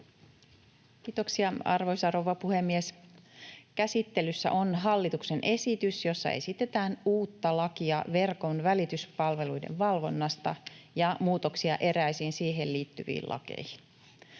Kiitoksia, arvoisa rouva puhemies! Käsittelyssä on hallituksen esitys, jossa esitetään uutta lakia verkon välityspalveluiden valvonnasta ja muutoksia eräisiin siihen liittyviin lakeihin.